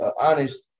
honest